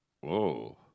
whoa